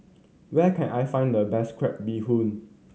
where can I find the best crab bee hoon